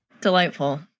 Delightful